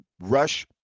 rush